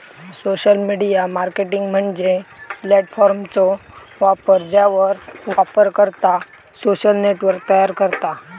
social media marketing म्हणजे प्लॅटफॉर्मचो वापर ज्यावर वापरकर्तो सोशल नेटवर्क तयार करता